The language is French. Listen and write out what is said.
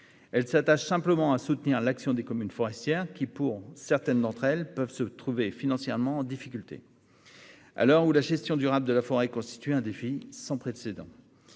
loi s'attache simplement à soutenir l'action des communes forestières, qui, pour certaines d'entre elles, peuvent se trouver financièrement en difficulté à l'heure où la gestion durable de la forêt constitue un défi sans précédent.